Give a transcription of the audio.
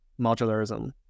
modularism